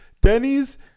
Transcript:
Denny's